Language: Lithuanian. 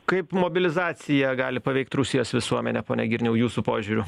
kaip mobilizacija gali paveikt rusijos visuomenę pone girniau jūsų požiūriu